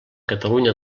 catalunya